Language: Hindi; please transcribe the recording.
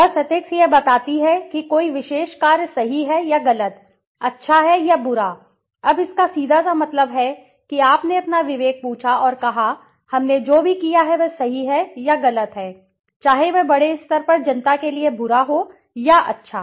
बस एथिक्स यह बताती है कि कोई विशेष कार्य सही है या गलत अच्छा है या बुरा अब इसका सीधा सा मतलब है कि आपने अपना विवेक पूछा और कहा हमने जो भी किया है वह सही है या गलत है चाहे वह बड़े स्तर पर जनता के लिए बुरा हो या अच्छा